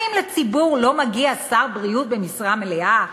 האם לציבור לא מגיע שר בריאות במשרה מלאה?